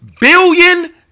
billion